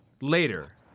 later